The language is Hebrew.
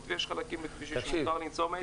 ויש חלקים בכביש 6 שמותר לנסוע 120,